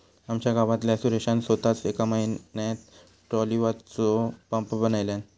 आमच्या गावातल्या सुरेशान सोताच येका म्हयन्यात ट्रॉलीवालो पंप बनयल्यान